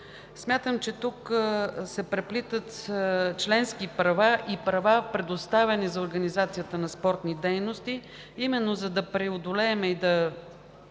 Смятам, че тук се преплитат членски права и права, предоставени за организацията на спортни дейности. Именно за да преодолеем тази